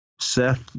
Seth